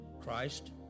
Christ